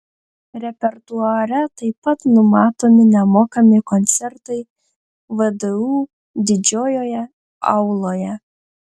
repertuare taip pat numatomi nemokami koncertai vdu didžiojoje auloje